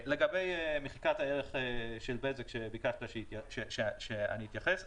לגבי מחיקת הערך של בזק שביקשת שאני אתייחס.